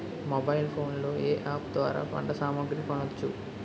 Mobile phone లో ఏ app ద్వారా పంట సామాగ్రి కొనచ్చు?